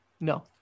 No